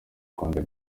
rwanda